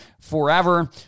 forever